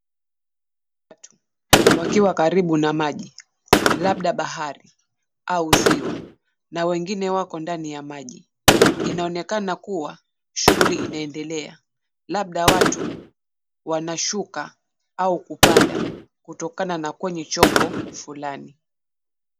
Watu wakiwa karibu na maji:labda bahari au ziwa na wengine wako ndani ya maji. Inaonekana kuwa shughuli inaendelea; labda watu wanashuka au kupanda kutoka kwenye chombo fulani.